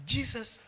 Jesus